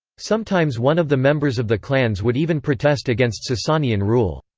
sometimes one of the members of the clans would even protest against sasanian rule.